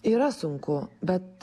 yra sunku bet